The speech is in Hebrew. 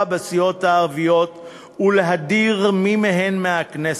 בסיעות הערביות ולהדיר מי מהן מהכנסת.